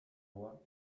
lois